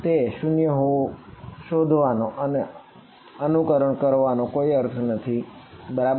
તે 0 હોવાનું શોધવાનો અને અનુકરણ કરવાનો કોઈ અર્થ નથી બરાબર